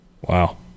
Wow